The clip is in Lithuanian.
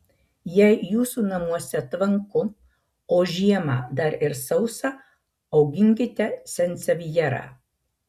jei jūsų namuose tvanku o žiemą dar ir sausa auginkite sansevjerą